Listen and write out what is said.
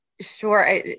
sure